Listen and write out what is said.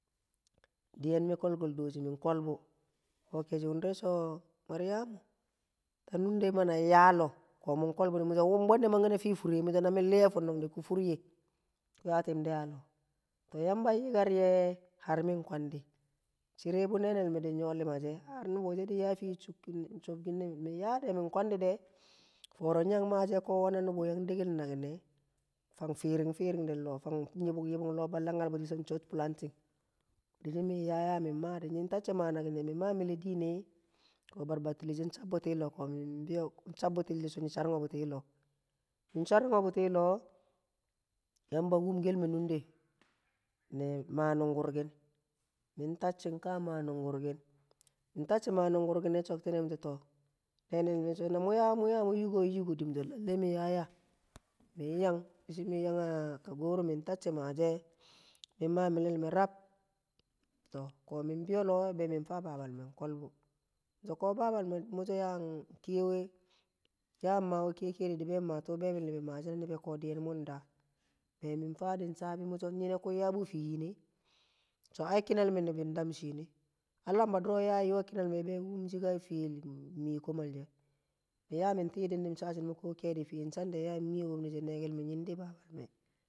Diyen mi kol kol doshi min kolbu, ko keshi wundire so maryamu ta nunde mana yaa loh, ko mun kolbu di misho bonne mange na fii furie na min liye a funnung di ku furye, ku yatiyim de a hoh ko yamba yikar ye har min kwandi chire bu nenel me din nyo lima she har nubu she din yaa fii chukkin ne chobkin ne me min kwadi fooro nyi yang maa she nweh na nubu yang dekel nakine, fang fiirin fiiringel lo balla fang balla nyal shi so̱ church planting dishi min yaa min maddhe be min tacci ma naki min maa mile̱ diine, ko bar battile she chabbuti a lo ko min biyo chabbuti she cho nyi sharring buti a lo, nying sharing buti a hoh yamba wumkel me nunde ne ma nungurkin min tacci nka maa nungurkin min acci nka maa nungurkin min tacci ma nugurki ne̱ shoktine̱ mi sho to, nene me̱ sho ka mu yaa yamu yigo we yigo di mi so lallai mi yaya dishi min yang a Kagoro min maa milel me rab to ko min biyo lo be̱ min fa Babalme kol bu mi so̱ ko ying kiye we yang mawe kiye kiyede be mi ma tuu bebil nibi mae̱she miso̱o ko dijen mun daa̱ be min faa̱ dii chaa̱bi miso̱ nyine kun yaa̱ bu a lo yine sho ai kinal me nibin dam shine, alamba duro nya ya yiwe kinal me be wumshi ka fiye mee̱ komal she̱ min ya min tii̱ min chaa̱ shinum bu̱ komalshe fiye chande̱ ya mee̱ kel wom ne she be̱toke̱l kinal me̱